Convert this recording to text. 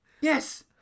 Yes